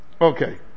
Okay